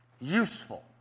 useful